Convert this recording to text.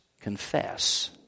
confess